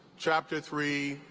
chapter three,